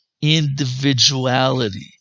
individuality